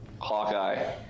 Hawkeye